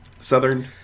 Southern